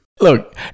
Look